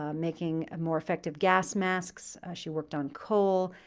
um making more effective gas masks. she worked on coal,